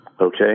Okay